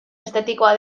estetikoa